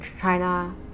China